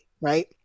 Right